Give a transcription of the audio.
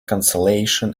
consolation